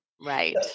Right